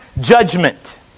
judgment